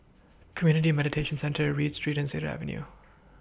Community Mediation Centre Read Street Cedar Avenue